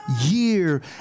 year